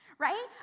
right